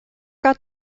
got